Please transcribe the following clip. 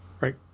Right